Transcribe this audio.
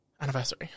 anniversary